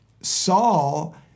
Saul